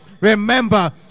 remember